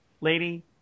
lady